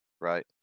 Right